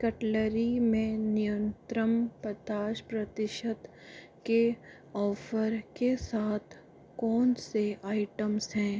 cutlery में न्यूनत्रम पचास प्रतिशत के ऑफ़र के साथ कौन से आइटम्स हैं